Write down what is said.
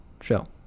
show